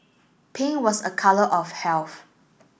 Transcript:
pink was a colour of health